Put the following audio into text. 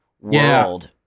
world